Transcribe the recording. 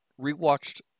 rewatched